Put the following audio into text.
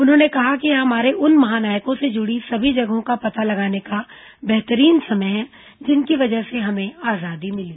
उन्होंने कहा कि यह हमारे उन महानायकों से जुड़ी सभी जगहों का पता लगाने का बेहतरीन समय है जिनकी वजह से हमें आजादी मिली